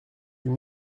huit